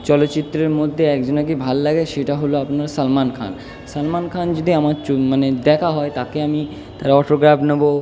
চলচ্চিত্রের মধ্যে একজনাকেই ভালো লাগে যেটা হলো আপনার সলমান খান সালমান খান যদি আমার চুল মানে যদি দেখা হয় তাকে আমি তার অটোগ্রাফ নোবো